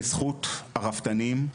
בזכות הרפתנים,